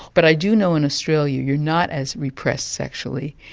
but i do know in australia you're not as repressed sexually,